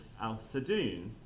Al-Sadoun